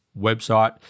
website